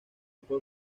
por